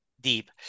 deep